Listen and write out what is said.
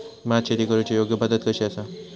भात शेती करुची योग्य पद्धत कशी आसा?